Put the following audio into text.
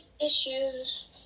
issues